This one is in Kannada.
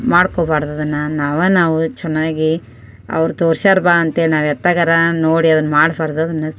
ಮಾಡ್ಕೊಬಾರ್ದು ಅದನ್ನು ನಾವು ನಾವು ಚೆನ್ನಾಗಿ ಅವ್ರು ತೋರ್ಸಿದಾರ್ ಬಾ ಅಂತೇಳಿ ನಾವು ಎತ್ತಗರೆ ನೋಡಿ ಅದನ್ನು ಮಾಡ್ಬಾರ್ದು ಅದನ್ನು